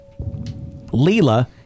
Leela